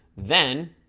then